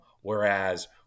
whereas